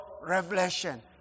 revelation